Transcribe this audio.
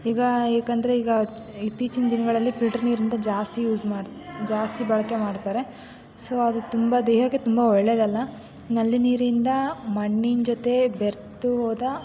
ಈಗ ಏಕೆಂದರೆ ಈಗ ಇತ್ತೀಚಿನ ದಿನಗಳಲ್ಲಿ ಫಿಲ್ಟರ್ ನೀರಿಗಿಂತ ಜಾಸ್ತಿ ಯೂಸ್ ಮಾಡ್ತಾ ಜಾಸ್ತಿ ಬಳಕೆ ಮಾಡ್ತಾರೆ ಸೊ ಅದು ತುಂಬ ದೇಹಕ್ಕೆ ತುಂಬ ಒಳ್ಳೆಯದಲ್ಲ ನಲ್ಲಿ ನೀರಿಂದ ಮಣ್ಣಿನ ಜೊತೆ ಬೆರೆತು ಹೋದ